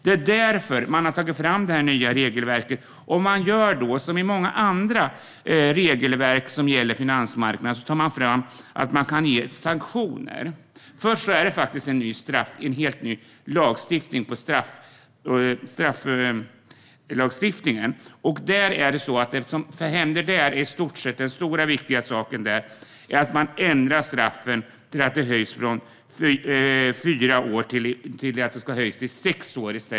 Det är därför man har tagit fram det nya regelverket, och man gör som i många andra regelverk som gäller finansmarknaden: Man inför sanktioner. Effektiv bekämpning av marknadsmissbruk Till att börja med är det en helt ny straffrättslig lagstiftning. Den stora, viktiga saken är att man ändrar straffen; maximistraffet höjs från fyra till sex år.